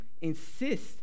insist